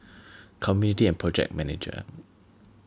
community and project manager